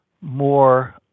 more